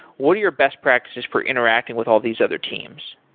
what are your best practices for interacting with all these other teams?